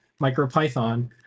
MicroPython